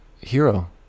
hero